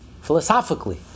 philosophically